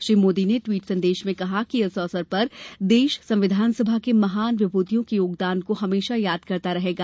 श्री मोदी ने ट्वीट में कहा कि इस अवसर पर देश संविधान सभा के महान विभूतियों के योगदान को हमेशा याद करता रहेगा